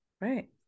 right